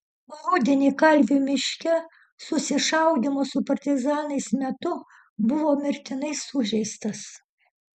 rudenį kalvių miške susišaudymo su partizanais metu buvo mirtinai sužeistas